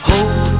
Hope